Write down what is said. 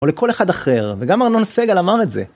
או לכל אחד אחר, וגם ארנון סגל אמר את זה.